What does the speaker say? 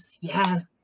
yes